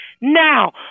Now